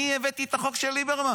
אני הבאתי את החוק של ליברמן.